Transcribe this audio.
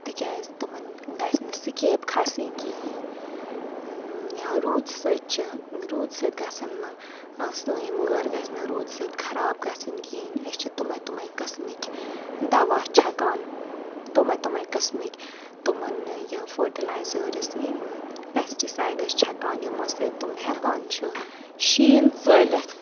تِکیازِ تِمَن گَژھِ نہٕ سِکیپ کھَسٕنۍ کِہیٖنۍ یا روٗد سۭتۍ چھِ روٗد سۭتۍ گَژھن نہٕ سٲنۍ وٲر گَژھِ نہٕ روٗد سۭتۍ خراب گَژھٕنۍ کِہیٖنۍ أسۍ چھِ تٕمَے تٕمَے قٕسمٕکۍ دَوا چھَکان تٕمَے تٕمَے قٕسمٕکۍ تِمَن یہِ فٔٹِلایزٲرٕس پٮ۪سٹسایڈٕس چھَکان یِمو سۭتۍ تٕم ہیٚکان چھِ شیٖن ژٲلِتھ